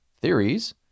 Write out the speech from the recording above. theories